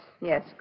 yes